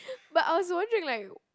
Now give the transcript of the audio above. but I was wondering like